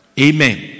Amen